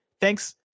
Thanks